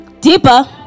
deeper